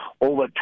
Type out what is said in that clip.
over